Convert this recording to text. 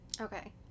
Okay